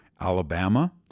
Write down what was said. Alabama